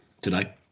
today